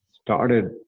started